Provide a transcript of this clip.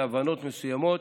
להבנות מסוימות.